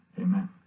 Amen